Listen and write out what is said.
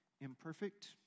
imperfect